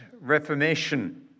Reformation